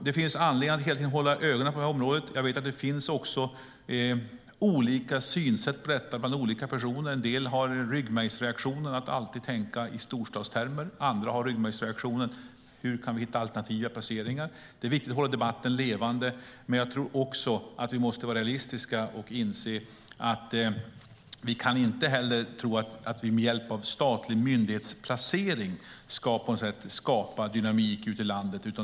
Det finns anledning att hela tiden hålla ögonen på området. Det finns också olika synsätt på detta hos olika personer. En del har ryggmärgsreaktionen att alltid tänka i storstadstermer. Andra har ryggmärgsreaktionen: Hur kan vi hitta alternativa planeringar? Det är viktigt att hålla debatten levande. Men jag tror också att vi måste vara realistiska och inse att vi inte kan tro att vi med hjälp av statlig myndighetsplacering kan skapa dynamik ute i landet.